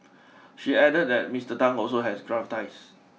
she added that Mister Tan also has gravitas